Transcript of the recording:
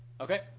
Okay